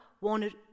wanted